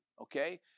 okay